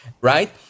Right